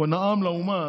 הוא נאם לאומה,